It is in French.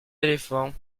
éléphants